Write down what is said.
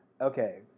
okay